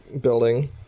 building